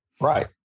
Right